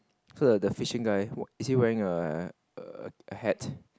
so the the fishing guy what is he wearing err a hat